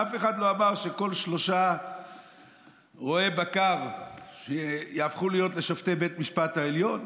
אף אחד לא אמר שכל שלושה רועי בקר יהפכו להיות לשופטי בית משפט העליון.